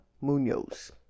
Munoz